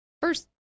First